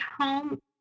home